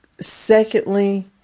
Secondly